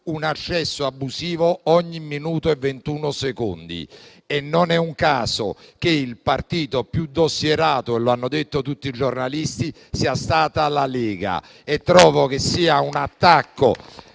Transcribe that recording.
un accesso abusivo ogni minuto e ventuno secondi, e non è un caso che il partito più dossierato - come hanno detto tutti i giornalisti - sia stata la Lega: trovo che sia un attacco